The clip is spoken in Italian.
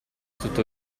tutto